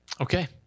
Okay